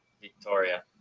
Victoria